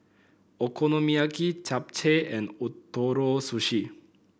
Okonomiyaki Japchae and Ootoro Sushi